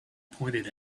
pointed